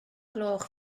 gloch